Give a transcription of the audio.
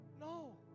No